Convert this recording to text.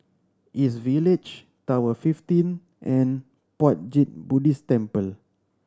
East Village Tower fifteen and Puat Jit Buddhist Temple